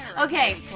Okay